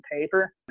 paper